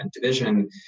division